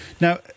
Now